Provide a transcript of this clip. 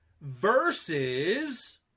versus